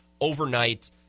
overnight